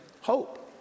hope